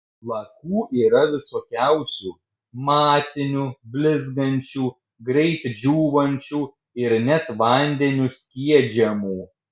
lakų yra visokiausių matinių blizgančių greit džiūvančių ir net vandeniu skiedžiamų